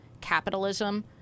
capitalism